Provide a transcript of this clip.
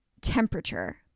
temperature